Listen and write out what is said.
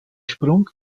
sprung